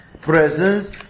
presence